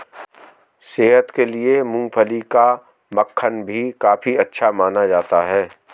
सेहत के लिए मूँगफली का मक्खन भी काफी अच्छा माना जाता है